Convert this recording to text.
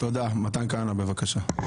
מתן כהנא, בבקשה.